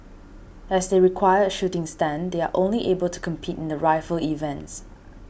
as they require a shooting stand they are only able compete in the rifle events